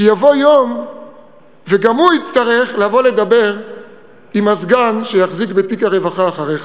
כי יבוא יום וגם הוא יצטרך לבוא לדבר עם הסגן שיחזיק בתיק הרווחה אחריך.